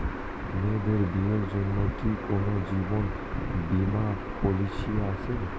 মেয়েদের বিয়ের জন্য কি কোন জীবন বিমা পলিছি আছে?